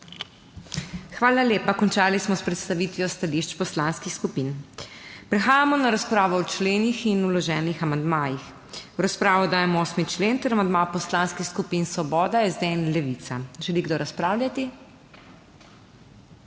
Hvala lepa. Končali smo s predstavitvijo stališč poslanskih skupin. Prehajamo na razpravo o členih in vloženih amandmajih. V razpravo dajem 8. člen ter amandma Poslanskih skupin Svoboda, SD in Levica. Želi kdo razpravljati?